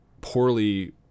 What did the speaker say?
poorly